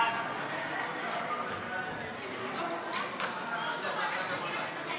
את הצעת חוק התפזרות הכנסת העשרים,